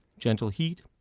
gentle heat,